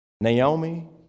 Naomi